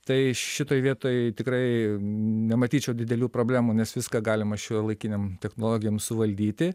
tai šitoj vietoj tikrai nematyčiau didelių problemų nes viską galima šiuolaikinėm technologijom suvaldyti